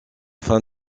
fin